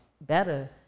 better